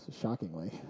Shockingly